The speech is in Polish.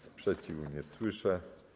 Sprzeciwu nie słyszę.